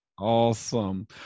Awesome